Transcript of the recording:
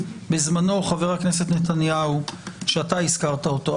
בזמנו חבר הכנסת נתניהו שאתה הזכרת אותו,